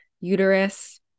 uterus